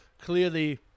clearly